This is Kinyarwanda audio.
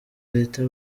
leta